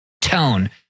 tone